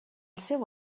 seu